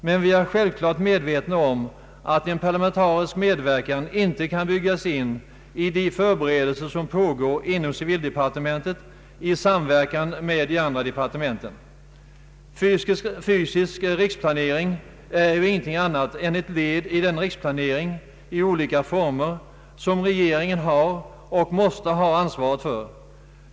Men vi är självklart medvetna om att en parlamentarisk medverkan inte kan byggas in i de förberedelser som pågår inom civildepartementet i samverkan med de andra departementen. Fysisk riksplanering är ju ingenting annat än ett led i den riksplanering i olika former som regeringen har — och måste ha — ansvaret för.